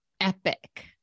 epic